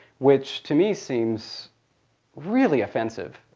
which to me seems really offensive.